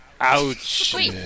Ouch